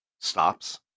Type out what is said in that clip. stops